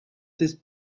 this